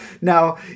Now